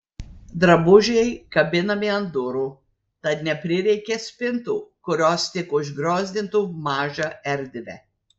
drabužiai kabinami ant durų tad neprireikia spintų kurios tik užgriozdintų mažą erdvę